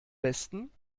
besten